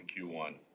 Q1